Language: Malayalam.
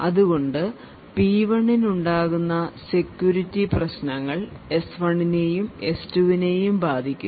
അതുകൊണ്ട് P1 ന് ഉണ്ടാകുന്ന SECURITY പ്രശ്നങ്ങൾ S1 നേയുംS2 നേയും ബാധിക്കും